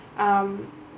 um